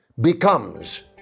becomes